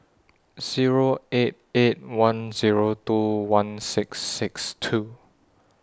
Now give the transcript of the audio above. Zero eight eight one Zero two one six six two